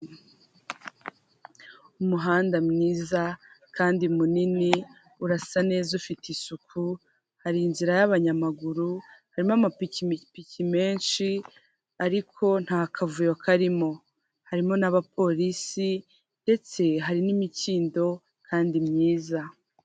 Ni mu nzu mu cyumba kigairi cyahariwe gukorerwamo inama hateraniyemo abantu batanu abagore n'abagabo, umwe muri bo ari imbere ari kubasobanurira yifashishije ikoranabuhanga.